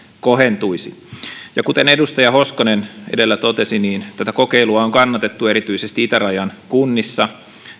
kohentuisi kuten edustaja hoskonen edellä totesi tätä kokeilua on kannatettu erityisesti itärajan kunnissa